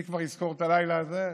אני כבר אזכור את הלילה הזה,